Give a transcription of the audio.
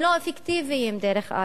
הם לא אפקטיביים, דרך אגב.